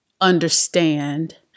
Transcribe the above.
understand